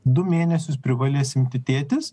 du mėnesius privalės imti tėtis